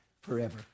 forever